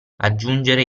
aggiungere